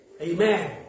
Amen